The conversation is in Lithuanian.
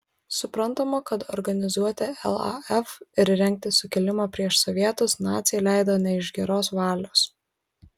suprantama kad organizuoti laf ir rengti sukilimą prieš sovietus naciai leido ne iš geros valios